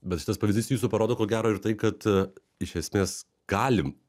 bet šitas pavyzdys jūsų parodo ko gero ir tai kad iš esmės galim